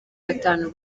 batanu